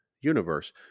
universe